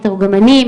מתורגמנים,